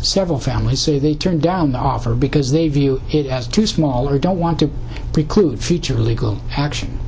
several families say they turned down the offer because they view it as too small or don't want to preclude future legal action